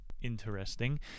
Interesting